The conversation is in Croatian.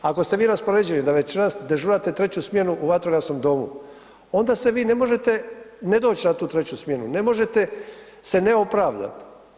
Ako ste vi raspoređeni da večeras dežurate treću smjenu u vatrogasnom domu, onda se vi ne možete ne doći na tu treću smjenu, ne možete se neopravdat.